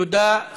תודה.